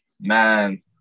man